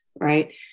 right